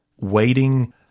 waiting